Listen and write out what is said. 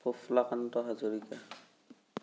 Prafullakanta Hazarika